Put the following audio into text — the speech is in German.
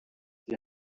die